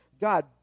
God